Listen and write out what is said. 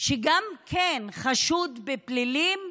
שגם חשוד בפלילים,